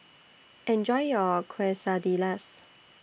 Enjoy your Quesadillas